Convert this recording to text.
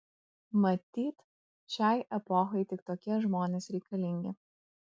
matyt šiai epochai tik tokie žmonės reikalingi